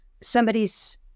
somebody's